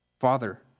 Father